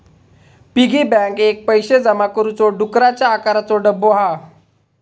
piggy bank एक पैशे जमा करुचो डुकराच्या आकाराचो डब्बो हा